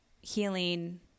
healing